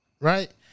right